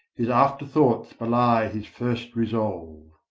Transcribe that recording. his afterthoughts belie his first resolve.